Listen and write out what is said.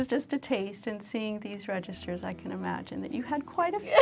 is just a taste in seeing these registers i can imagine that you had quite a